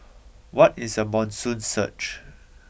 what is a monsoon surge